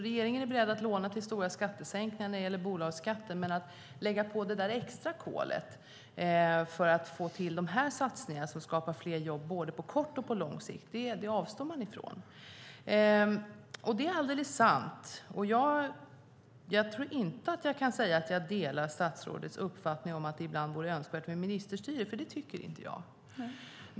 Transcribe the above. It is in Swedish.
Regeringen är beredd att låna till stora skattesänkningar när det gäller bolagsskatten, men att lägga på ett kol för att kunna göra satsningar som skapar fler jobb på både kort och lång sikt avstår man från. Jag kan inte säga att jag delar statsrådets uppfattning att det ibland vore önskvärt med ministerstyre, för det tycker jag inte.